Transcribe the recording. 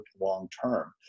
long-term